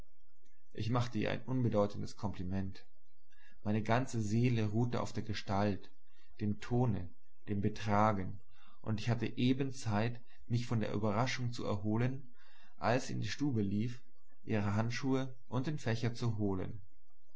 ich machte ihr ein unbedeutendes kompliment meine ganze seele ruhte auf der gestalt dem tone dem betragen und ich hatte eben zeit mich von der überraschung zu erholen als sie in die stube lief ihre handschuhe und den fächer zu holen